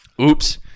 Oops